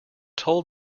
told